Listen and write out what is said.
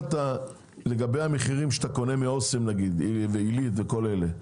לגבי המחירים של אסם ועלית וכל אלה,